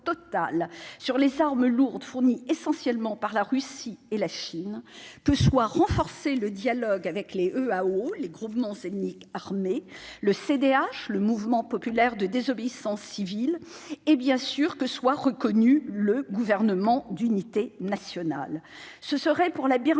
sur les armes lourdes, fournies essentiellement par la Russie et par la Chine, que soit renforcé le dialogue avec les EAO (), les groupements ethniques armés, et avec le CDM, le mouvement populaire de désobéissance civile, et, bien entendu, que soit reconnu le gouvernement d'unité nationale. Ce serait pour la Birmanie